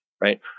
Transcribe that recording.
right